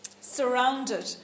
surrounded